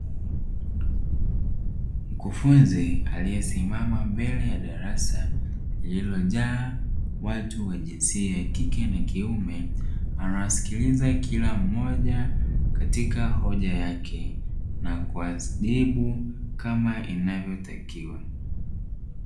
Mkufunzi aliyesimama mbele ya darasa, lililojaa watu wa jinsia ya kike na kiume. Anawasikiliza kila mmoja, katika hoja yake na kuadhibu kama inavyotakiwa.